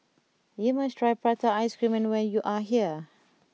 you must try prata ice cream when you are here